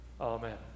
Amen